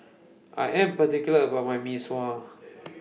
I Am particular about My Mee Sua